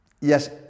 Yes